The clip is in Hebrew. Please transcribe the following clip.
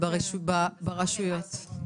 ברשויות.